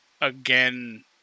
again